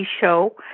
show